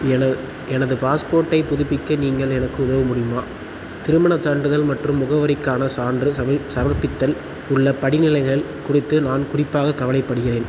எனது எனது பாஸ்போர்ட்டை புதுப்பிக்க நீங்கள் எனக்கு உதவ முடியுமா திருமணச் சான்றிதழ் மற்றும் முகவரிக்கான சான்று சமர்ப்பித்தல் உள்ள படிநிலைகள் குறித்து நான் குறிப்பாக கவலைப்படுகிறேன்